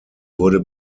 wurde